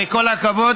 וכל הכבוד.